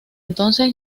entonces